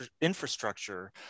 infrastructure